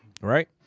right